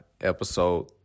Episode